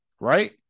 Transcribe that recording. right